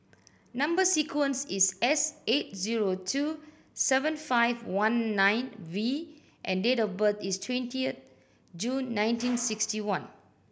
number sequence is S eight zero two seven five one nine V and date of birth is twentieth June nineteen sixty one